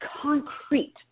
concrete